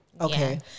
Okay